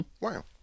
Wow